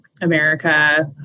America